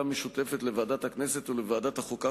משותפת לוועדת הכנסת ולוועדת החוקה,